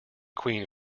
queen